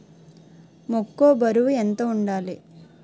మొక్కొ బరువు ఎంత వుండాలి?